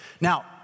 Now